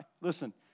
Listen